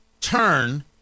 turn